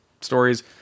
stories